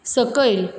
सकयल